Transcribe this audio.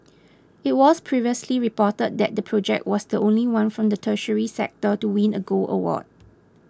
it was previously reported that the project was the only one from the tertiary sector to win a gold award